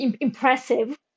impressive